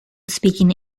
speaking